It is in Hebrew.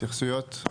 התייחסויות?